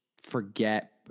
forget